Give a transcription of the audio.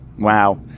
Wow